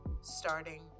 starting